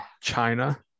China